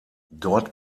dort